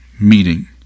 meeting